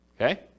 Okay